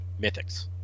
Mythics